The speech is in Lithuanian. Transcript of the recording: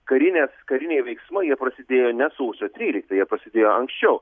karinės kariniai veiksmai jie prasidėjo ne sausio tryliktą jie prasidėjo anksčiau